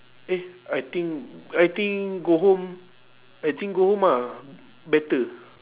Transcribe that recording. eh I think I think go home I think go home ah better